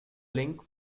link